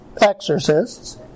exorcists